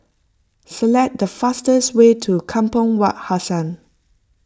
select the fastest way to Kampong Wak Hassan